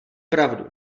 pravdu